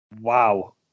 Wow